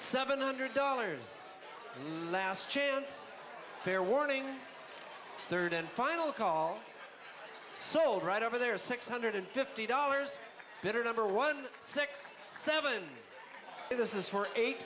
seven hundred dollars last chance fair warning third and final call sold right over there six hundred fifty dollars better number one six seven and this is for eight